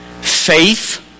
faith